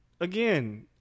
again